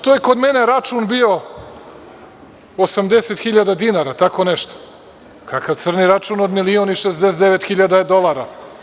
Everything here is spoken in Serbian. To je kod mene račun bio 80.000 dinara, tako nešto, kakav crni račun od milion i 69 hiljada dolara?